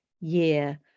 year